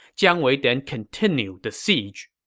jiang wei then continued the siege